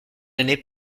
année